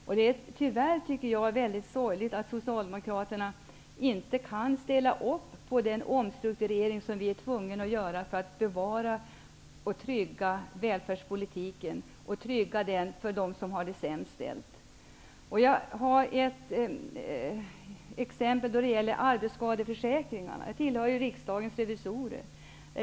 Jag tycker att det är väldigt sorgligt att Socialdemokraterna inte kan ställa upp på den omstrukturering som vi är tvungna att göra för att bevara och trygga välfärden för dem som har det sämst ställt. Jag har ett exempel då det gäller arbetsskadeförsäkringarna. Jag tillhör Riksdagens revisorer.